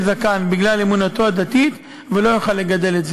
זקן בגלל אמונתו הדתית לא יוכל לגדל.